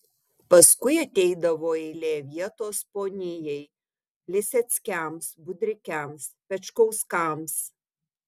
paskui ateidavo eilė vietos ponijai liseckiams budrikiams pečkauskams